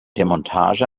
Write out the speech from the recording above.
demontage